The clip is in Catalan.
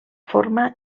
forma